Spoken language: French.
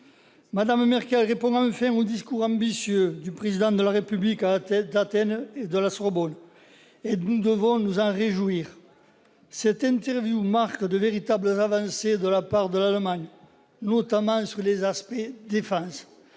Mme Merkel répond enfin aux discours ambitieux du Président de la République à Athènes et à la Sorbonne. Nous devons nous en réjouir. Cette interview marque de véritables avancées de la part de l'Allemagne, notamment sur les aspects relatifs